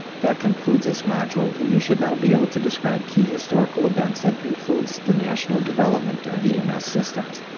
that concludes this module and you should now be able to describe key historical events that influenced the national development of ems systems.